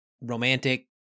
romantic